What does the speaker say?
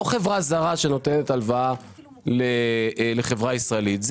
לא חברה זרה שנותנת הלוואה לחברה ישראלית.